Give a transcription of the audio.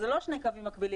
אלה לא קווים מקבילים,